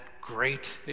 great